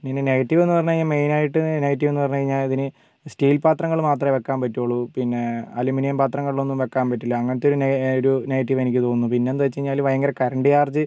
ഇനി ഇതിൻ്റെ നെഗറ്റീവ് എന്ന് പറഞ്ഞുകഴിഞ്ഞാൽ മെയിൻ ആയിട്ട് നെഗറ്റീവ് എന്ന് പറഞ്ഞു കഴിഞ്ഞാൽ ഇതിന് സ്റ്റീൽ പാത്രങ്ങൾ മാത്രമേ വെക്കാൻ പറ്റോളു പിന്നെ അലുമിനിയം പത്രങ്ങളിലൊന്നും വെക്കാൻ പറ്റില്ല അങ്ങനത്തെ ഒരു ഒരു നെഗറ്റീവ് എനിക്ക് തോന്നുന്നു പിന്നെ എന്ത് എന്നു വെച്ച് കഴിഞ്ഞാൽ ഭയങ്കര കറൻറ്റ് ചാർജ്